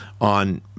on